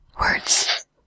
words